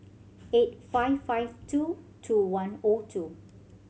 eight five five two two one O two